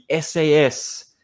SAS